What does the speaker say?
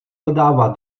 podává